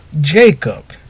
Jacob